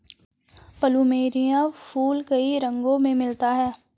plumeria फूल कई रंगो में मिलता है